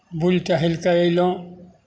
बुलि टहलि कऽ अयलहुँ